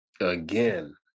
Again